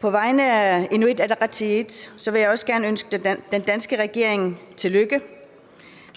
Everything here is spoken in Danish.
På vegne af Inuit Ataqatigiit vil jeg også gerne ønske den danske regering tillykke.